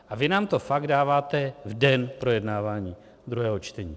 A vy nám to fakt dáváte v den projednávání druhého čtení.